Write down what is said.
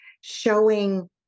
showing